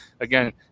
again